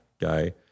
Guy